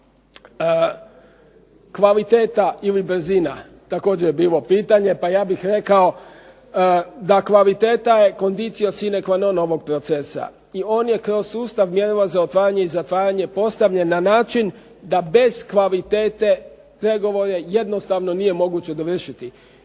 Kvaliteta ili brzina također je bilo pitanje. Pa ja bih rekao da kvaliteta je condicio cine qua non ovog procesa. I on je kroz sustav mjerila za otvaranje i zatvaranje postavljen na način da bez kvalitete pregovore jednostavno nije moguće dovršiti.